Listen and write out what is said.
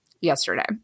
yesterday